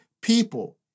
people